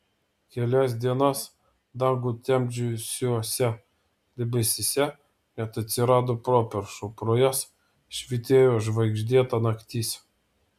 kelias dienas dangų temdžiusiuose debesyse net atsirado properšų pro jas švytėjo žvaigždėta naktis